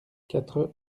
quatre